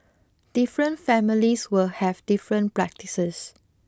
different families will have different practices